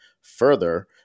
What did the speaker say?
further